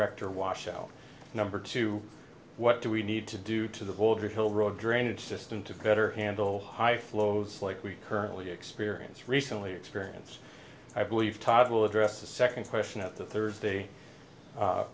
rector washout number two what do we need to do to the boulder hill road drainage system to better handle high flows like we currently experience recently experience i believe todd will address the second question at the thursday